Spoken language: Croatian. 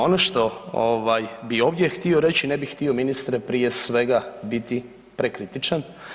Ono što bih ovdje htio reći ne bih htio ministre prije svega biti prekritičan.